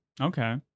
Okay